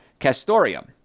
castorium